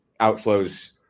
outflows